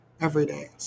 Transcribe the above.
everyday